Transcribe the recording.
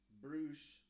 Bruce